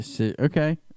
Okay